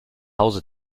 hause